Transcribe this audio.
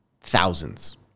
thousands